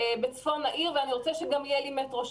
בצפון העיר והוא רוצה שגם שם יהיה לו מטרו.